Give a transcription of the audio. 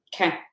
Okay